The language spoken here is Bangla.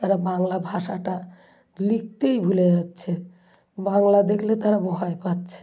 তারা বাংলা ভাষাটা লিখতেই ভুলে যাচ্ছে বাংলা দেখলে তারা ভয় পাচ্ছে